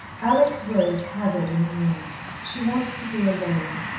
alex rose haggard, in the morning. she wanted to be alone.